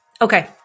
Okay